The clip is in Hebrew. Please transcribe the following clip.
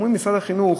אומרים: למשרד החינוך